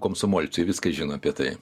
komsomolciui viską žino apie tai